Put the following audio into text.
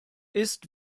ist